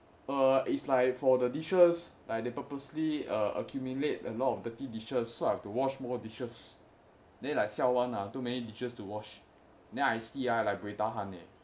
err it's like for the dishes like they purposely uh accumulate a lot of dirty dishes so I have to wash more dishes then like xiao [one] lah too many dishes to wash then I see already buay tahan eh